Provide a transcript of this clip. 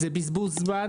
זה בזבוז זמן